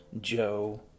Joe